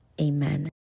amen